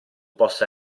possa